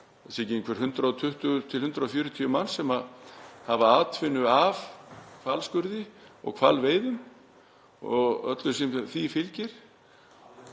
séu ekki um 120–140 manns sem hafa atvinnu af hvalskurði og hvalveiðum og öllu sem því fylgir?